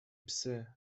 psy